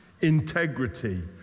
integrity